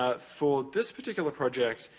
ah for this particular project,